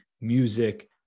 music